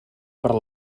per